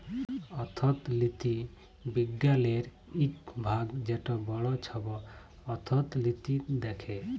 অথ্থলিতি বিজ্ঞালের ইক ভাগ যেট বড় ছব অথ্থলিতি দ্যাখে